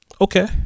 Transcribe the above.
okay